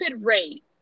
rate